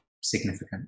significant